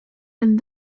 and